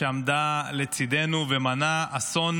שעמדה לצידנו ומנעה אסון